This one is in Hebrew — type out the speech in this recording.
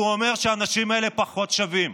והוא אומר שהאנשים האלה פחות שווים,